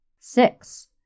Six